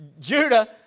Judah